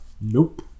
Nope